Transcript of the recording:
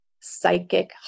psychic